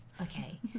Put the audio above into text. okay